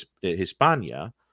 Hispania